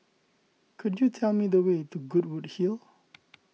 could you tell me the way to Goodwood Hill